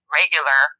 regular